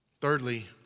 Thirdly